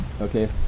Okay